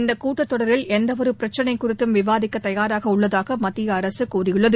இந்த கூட்டத் தொடரில் எந்தவொரு பிரச்சினைக் குறித்தும் விவாதிக்க தயாராக உள்ளதாக மத்திய அரசு கூறியுள்ளது